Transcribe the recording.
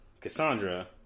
cassandra